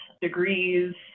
degrees